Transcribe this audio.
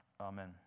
Amen